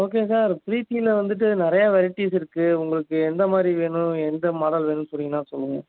okay sir ப்ரீத்தில வந்துட்டு நிறைய வெரைட்டீஸ் இருக்குது உங்களுக்கு எந்த மாதிரி வேணும் எந்த மாடல் வேணும்னு சொன்னீங்கின்னால் சொல்லுவேன்